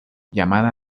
llamada